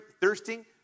thirsting